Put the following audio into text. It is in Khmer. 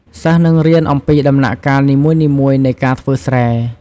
សិស្សនឹងរៀនអំពីដំណាក់កាលនីមួយៗនៃការធ្វើស្រែ។